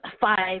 five